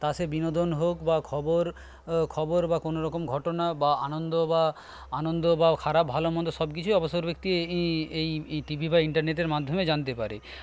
তা সে বিনোদন হোক বা খবর খবর বা কোনোরকম ঘটনা বা আনন্দ বা আনন্দ বা খারাপ ভালোমন্দ সবকিছুই অবসর ব্যক্তি এই এই এই টিভি বা ইন্টারনেটের মাধ্যমে জানতে পারে